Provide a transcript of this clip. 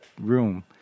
room